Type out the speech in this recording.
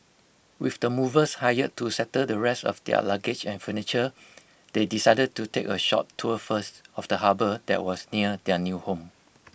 with the movers hired to settle the rest of their luggage and furniture they decided to take A short tour first of the harbour that was near their new home